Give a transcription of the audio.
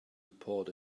report